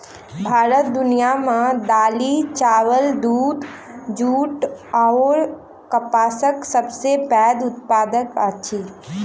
भारत दुनिया मे दालि, चाबल, दूध, जूट अऔर कपासक सबसे पैघ उत्पादक अछि